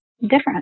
different